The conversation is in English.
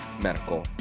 Medical